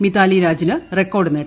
മിതാലി രാജിന് റെക്കോർഡ് നേട്ടം